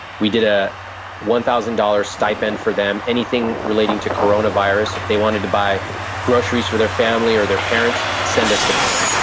we did a one thousand dollars stipend for them. anything relating to coronavirus, if they wanted to buy groceries for their family or their parents, send us the bill.